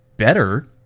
better